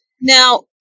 Now